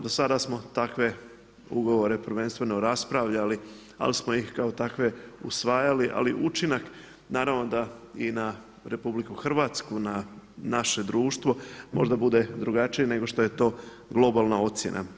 Do sada smo takve ugovore prvenstveno raspravljali ali smo ih kao takve usvajali ali učinak naravno da i na RH, na naše društvo, možda bude drugačije nego što je to globalna ocjena.